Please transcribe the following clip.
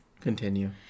Continue